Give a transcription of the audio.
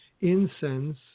incense